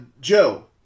Joe